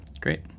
Great